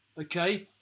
Okay